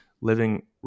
living